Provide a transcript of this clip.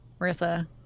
Marissa